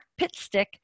Pitstick